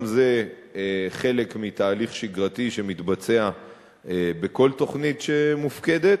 גם זה חלק מתהליך שגרתי בכל תוכנית שמופקדת.